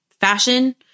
fashion